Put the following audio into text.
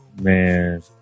man